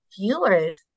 viewers